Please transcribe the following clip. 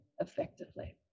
effectively